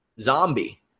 zombie